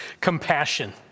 compassion